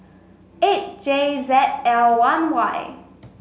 eight J Z L one Y